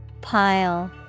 Pile